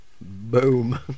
Boom